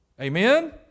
Amen